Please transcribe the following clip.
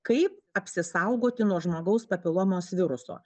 kaip apsisaugoti nuo žmogaus papilomos viruso